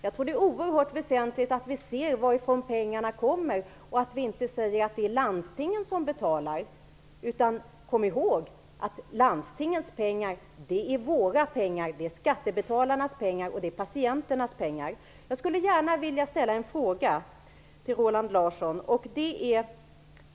Jag tror att det är oerhört väsentligt att vi ser varifrån pengarna kommer och att vi inte säger att det är landstinget som betalar. Kom ihåg att landstingets pengar är våra pengar, det är skattebetalarnas pengar, det är patienternas pengar.